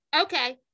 Okay